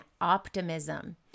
optimism